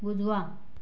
उजवा